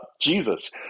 Jesus